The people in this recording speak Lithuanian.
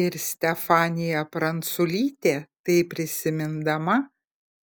ir stefanija pranculytė tai prisimindama